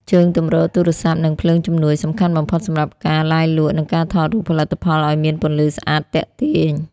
ជើងទម្រទូរស័ព្ទ និងភ្លើងជំនួយ សំខាន់បំផុតសម្រាប់ការ ឡាយលក់ និងការថតរូបផលិតផលឱ្យមានពន្លឺស្អាតទាក់ទាញ។